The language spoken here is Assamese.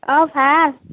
অঁ ভাল